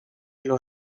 los